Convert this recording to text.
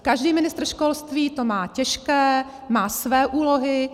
Každý ministr školství to má těžké, má své úlohy.